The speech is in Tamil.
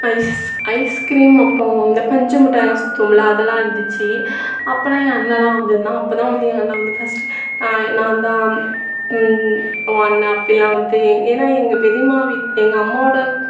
ஐஸ் ஐஸ்க்ரீம் அப்புறோம் இந்த பஞ்சுமுட்டாய்லாம் சுற்றும்ல அதெலாம் இருந்துச்சி அப்போல்லாம் என் அண்ணலாம் வந்துருந்தான் அப்போதான் வந்து எங்கள் அண்ணன் வந்து ஃபஸ்ட்டு நான் நான்தான் உன் அண்ணன் அப்போல்லாம் வந்து எ ஏன்னா எங்கள் பெரியம்மா வீ எங்கள் அம்மாவோடய